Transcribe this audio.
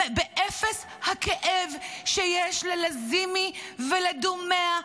באפס הכאב שיש ללזימי ולדומיה,